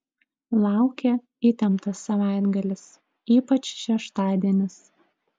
laukia įtemptas savaitgalis ypač šeštadienis